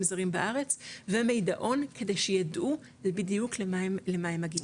זרים בארץ ו'מיידעון' כדי שיידעו בדיוק למה הם מגיעים.